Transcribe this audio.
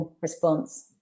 response